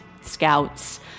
scouts